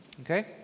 Okay